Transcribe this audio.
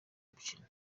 mukino